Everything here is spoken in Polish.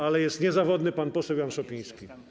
Ale jest niezawodny pan poseł Jan Szopiński.